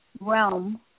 realm